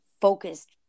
focused